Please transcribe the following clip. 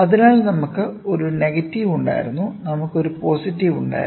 അതിനാൽ നമുക്ക് ഒരു നെഗറ്റീവ് ഉണ്ടായിരുന്നു നമുക്ക് ഒരു പോസിറ്റീവ് ഉണ്ടായിരുന്നു